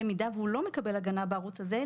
במידה והוא לא מקבל הגנה בערוץ הזה,